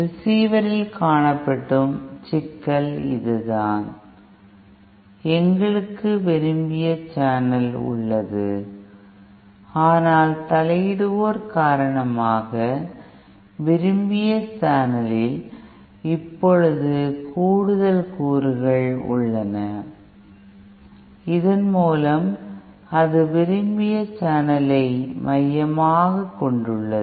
ரிசீவரில் காணப்படும் சிக்கல் இதுதான் எங்களுக்கு விரும்பிய சேனல் உள்ளது ஆனால் தலையிடுவோர் காரணமாக விரும்பிய சேனலில் இப்போது கூடுதல் கூறுகள் உள்ளன இதன் மூலம் அது விரும்பிய சேனலை மையமாகக் கொண்டுள்ளது